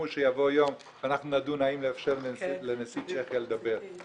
שיבוא יום שאנחנו האם לאפשר לנשיא צ'כיה לדבר.